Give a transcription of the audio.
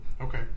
Okay